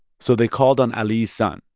so they called on ali's son,